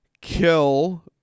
kill